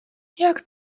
jak